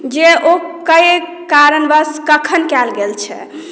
जे ओ कय कारणवस कखन कयल गेल छै